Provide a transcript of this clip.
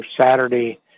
Saturday